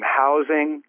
housing